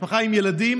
משפחה עם ילדים.